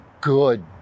good